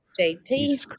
jt